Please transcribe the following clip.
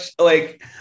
like-